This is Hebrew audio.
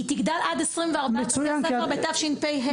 והיא תגדל לעד 24 בתי ספר בשנת תפש״ה.